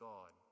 God